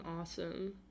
awesome